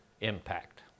impact